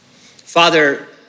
Father